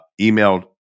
emailed